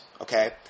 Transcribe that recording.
okay